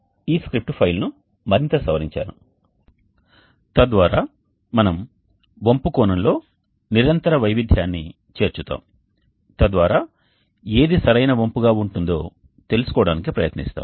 నేను ఈ స్క్రిప్ట్ ఫైల్ను మరింత సవరించాను తద్వారా మనము వంపు కోణంలో నిరంతర వైవిధ్యాన్ని చేర్చుతాము తద్వారా ఏది సరైన వంపుగా ఉంటుందో తెలుసుకోవడానికి ప్రయత్నిస్తాము